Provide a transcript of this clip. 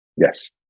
Yes